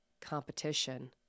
competition